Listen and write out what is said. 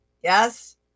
Yes